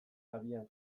abian